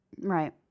Right